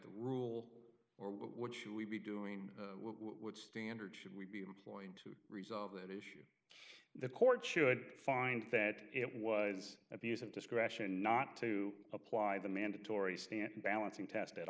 the rule or what what should we be doing what standard should we be employing to resolve that issue the court should find that it was abuse of discretion not to apply the mandatory stand balancing test at